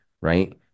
right